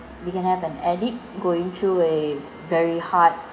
you can have an addict going through a very hard